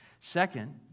Second